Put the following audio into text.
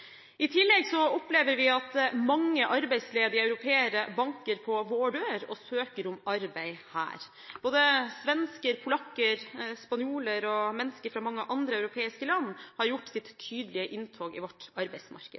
I tillegg opplever vi at mange arbeidsledige europeere banker på vår dør og søker om arbeid her. Både svensker, polakker, spanjoler og mennesker fra mange andre europeiske land har gjort sitt tydelige inntog i vårt arbeidsmarked.